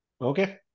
Okay